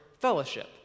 fellowship